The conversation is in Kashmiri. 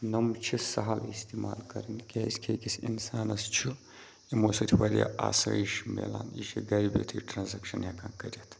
تِم چھِ سَہل اِستعمال کَرٕنۍ کیٛازکہِ أکِس اِنسانَس چھُ یِمو سۭتۍ واریاہ آسٲیِش مِلان یہِ چھِ گَرِ بِہتھٕے ٹرٛانزٮ۪کشَن ہٮ۪کان کٔرِتھ